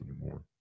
anymore